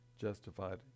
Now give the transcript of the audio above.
justified